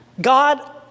God